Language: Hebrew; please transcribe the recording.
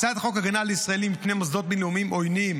הצעת חוק ההגנה על ישראלים מפני מוסדות בין-לאומיים עוינים,